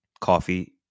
coffee